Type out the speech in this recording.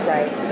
Right